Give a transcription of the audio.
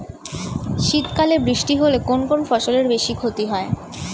শীত কালে বৃষ্টি হলে কোন কোন ফসলের বেশি ক্ষতি হয়?